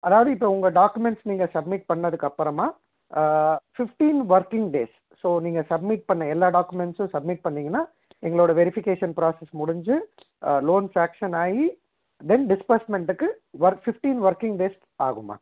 அதாவது இப்போ உங்கள் டாக்குமெண்ட்ஸ் நீங்கள் சப்மிட் பண்ணதுக்கப்புறமா ஃபிஃப்டின் ஒர்க்கிங் டேஸ் ஸோ நீங்கள் சப்மிட் பண்ண எல்லா டாக்குமெண்ட்ஸும் சப்மிட் பண்ணீங்கன்னா எங்களோட வெரிஃபிகேஷன் ப்ராசஸ் முடிஞ்சி லோன் சேங்ஷன் ஆகி தென் டிஸ்போஸ்ட்மெண்ட்டுக்கு ஒர் ஃபிஃப்டின் ஒர்க்கிங் டேஸ் ஆகும்மா